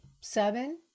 seven